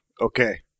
Okay